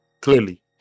clearly